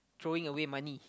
throwing away money